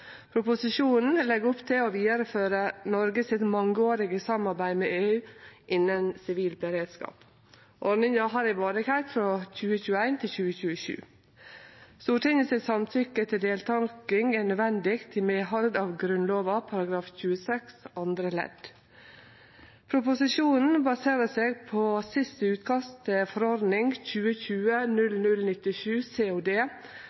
Proposisjonen legg opp til å vidareføre Noreg sitt mangeårige samarbeid med EU innan sivil beredskap. Ordninga har ei varigheit frå 2021 til 2027. Stortingets samtykke til deltaking er nødvendig i medhald av Grunnlova § 26 andre ledd. Proposisjonen baserer seg på det siste utkastet til forordning